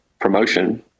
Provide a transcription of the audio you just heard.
promotion